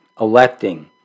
electing